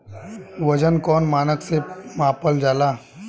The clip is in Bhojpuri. वजन कौन मानक से मापल जाला?